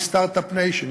והיא Start-up Nation,